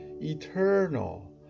eternal